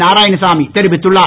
நாராயணசாமி தெரிவித்துள்ளார்